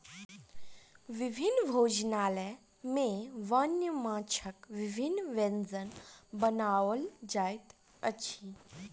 विभिन्न भोजनालय में वन्य माँछक विभिन्न व्यंजन बनाओल जाइत अछि